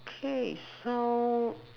okay so